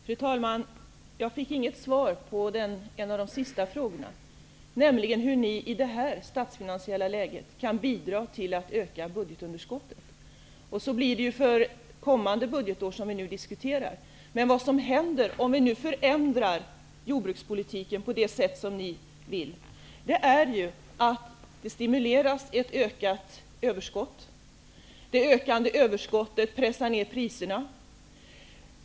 Fru talman! Jag fick inget svar på en av de sista frågorna, nämligen hur Moderaterna i detta statsfinansiella läge kan bidra till att budgetunderskottet ökas. Så blir det ju för kommande budgetår, som vi nu diskuterar. Det som händer om jordbrukspolitiken förändras på det sätt som ni vill, är ju att ett ökat överskott stimuleras. Det ökade överskottet pressar ner priserna.